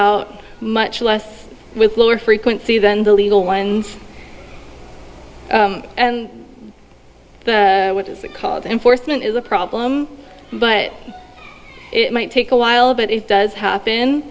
out much less with lower frequency than the legal ones and what is called enforcement is a problem but it might take a while but it does happen